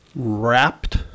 Wrapped